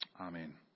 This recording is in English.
Amen